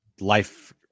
life